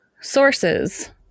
sources